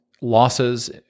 losses